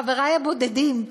חברי הבודדים,